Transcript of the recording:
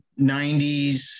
90s